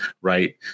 right